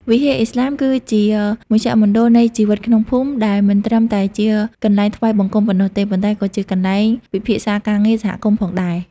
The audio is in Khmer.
វិហារឥស្លាមគឺជាមជ្ឈមណ្ឌលនៃជីវិតក្នុងភូមិ ដែលមិនត្រឹមតែជាកន្លែងថ្វាយបង្គំប៉ុណ្ណោះទេ ប៉ុន្តែក៏ជាកន្លែងពិភាក្សាការងារសហគមន៍ផងដែរ។